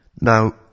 Now